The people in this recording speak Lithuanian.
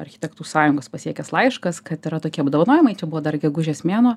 architektų sąjungos pasiekęs laiškas kad yra tokie apdovanojimai čia buvo dar gegužės mėnuo